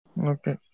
Okay